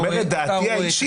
-- אני אומר את דעתי האישית,